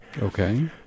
okay